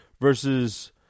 versus